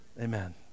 Amen